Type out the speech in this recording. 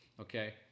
okay